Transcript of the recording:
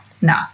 no